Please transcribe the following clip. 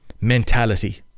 ...mentality